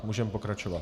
Můžeme pokračovat.